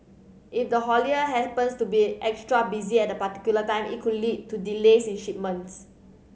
if the haulier happens to be extra busy at the particular time it could lead to delays in shipment